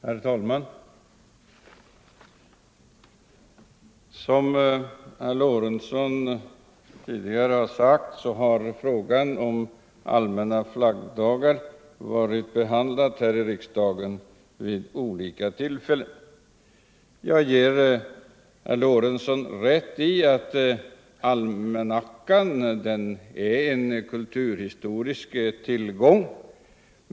Herr talman! Som herr Lorentzon tidigare sagt har frågan om allmänna flaggdagar behandlats här i riksdagen vid olika tillfällen. Jag ger herr Lorentzon rätt i att almanackan är en kulturhistorisk tillgång.